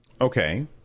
Okay